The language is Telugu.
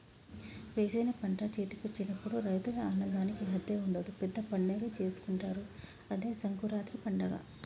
వేసిన పంట చేతికొచ్చినప్పుడు రైతుల ఆనందానికి హద్దే ఉండదు పెద్ద పండగే చేసుకుంటారు అదే సంకురాత్రి పండగ